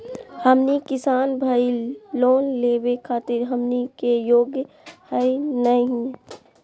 हमनी किसान भईल, लोन लेवे खातीर हमनी के योग्य हई नहीं?